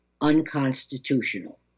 unconstitutional